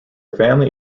family